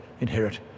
inherit